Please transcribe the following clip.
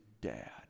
dad